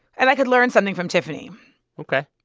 and i could learn something from tiffany ok,